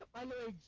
i'm a